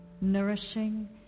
nourishing